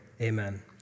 amen